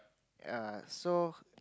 yea so